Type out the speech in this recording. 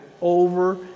over